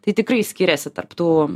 tai tikrai skiriasi tarp tų